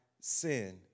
sin